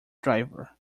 driver